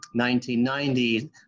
1990